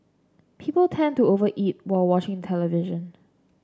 people tend to over eat while watching television